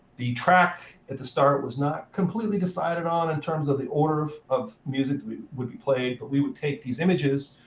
the track at the start was not completely decided on in terms of the order of of music that would be played. but we would take these images